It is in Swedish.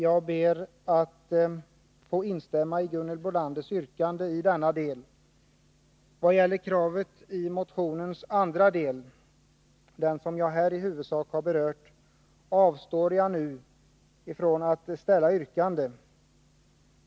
Jag ber att få instämma i Gunhild Bolanders yrkande i denna del. Vad gäller kravet i motionens andra del — den som jag här i huvudsak har berört — avstår jag nu från att ställa något yrkande.